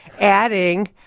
adding